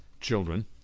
children